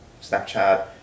Snapchat